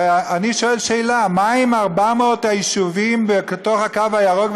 ואני שואל שאלה: מה עם 400 היישובים בתוך הקו הירוק,